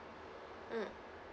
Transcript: mm